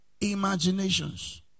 imaginations